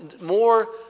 more